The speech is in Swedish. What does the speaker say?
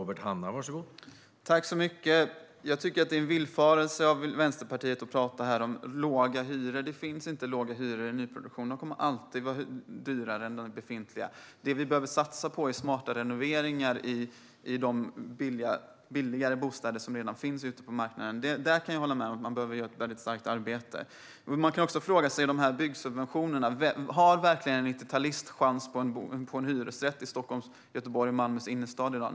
Herr talman! Jag tycker att det är en villfarelse när Vänsterpartiet talar om låga hyror. Det finns inga låga hyror i nyproduktion; de kommer alltid att vara högre än för befintliga bostäder. Det vi behöver satsa på är smarta renoveringar i de billigare bostäder som redan finns ute på marknaden. Där kan jag hålla med om att man behöver göra ett starkt arbete. När det gäller byggsubventionerna kan man fråga sig om en 90-talist verkligen har chans på en hyresrätt i Stockholms, Göteborgs eller Malmös innerstad i dag.